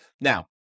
Now